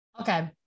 Okay